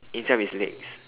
instead of its legs